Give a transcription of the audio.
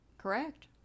Correct